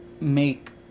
make